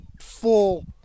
full